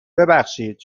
ببخشید